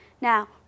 Now